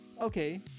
okay